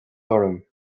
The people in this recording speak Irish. orm